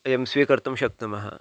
वयं स्वीकर्तुं शक्नुमः